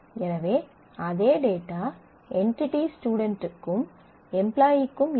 எனவே அதே டேட்டா என்டிடியான ஸ்டுடென்ட்டுக்கும் எம்ப்லாயீக்கும் இருக்கும்